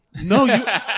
No